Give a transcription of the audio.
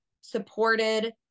supported